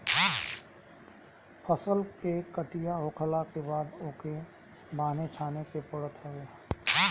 फसल के कटिया होखला के बाद ओके बान्हे छाने के पड़त हवे